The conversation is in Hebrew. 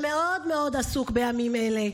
שמאוד מאוד עסוק בימים אלה: